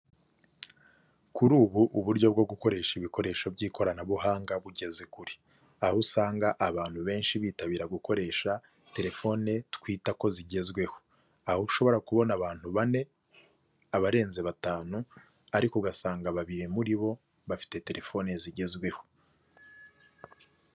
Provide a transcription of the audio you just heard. Kuri ubu uburyo bwo gukoresha ibikoresho by'ikoranabuhanga bugeze kure. Aho usanga abantu benshi bitabira gukoresha telefone twita ko zigezweho. Aho ushobora kubona abantu bane, abarenze batanu, ariko ugasanga babiri muri bo, bafite telefoni zigezweho.